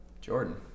Jordan